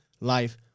life